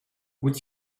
would